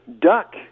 Duck